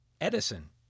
Edison